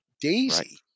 daisy